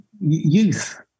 youth